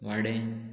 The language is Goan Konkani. वाडें